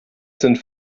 sind